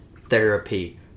therapy